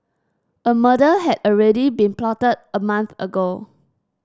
a murder had already been plotted a month ago